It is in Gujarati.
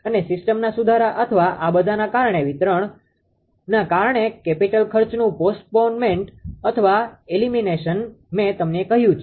અને સિસ્ટમના સુધારા અથવા આ બધાના કારણે વિસ્તરણના કારણે કેપિટલ ખર્ચનુ પોસ્ટપોનમેન્ટ અથવા એલીમીનેશન મે તમને કહ્યું છે